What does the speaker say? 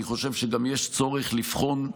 אני חושב שגם יש צורך לבחון,